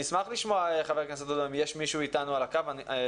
יש מישהו אתנו על הקו בזום?